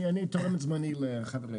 אני תורם את זמני לחברים.